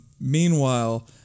Meanwhile